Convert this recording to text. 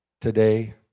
today